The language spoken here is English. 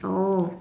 oh